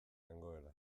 nengoela